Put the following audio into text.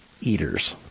eaters